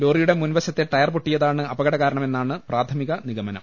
ലോറിയുടെ മുൻവശത്തെ ടയർ പൊട്ടിയതാണ് അപ കടകാരണമെന്നാണ് പ്രാഥമിക നിഗമനം